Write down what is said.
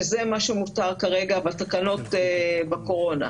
שזה מה שמותר כרגע בתקנות בקורונה.